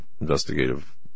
investigative